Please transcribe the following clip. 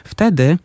Wtedy